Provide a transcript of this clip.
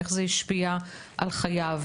איך זה השפיע על חייו,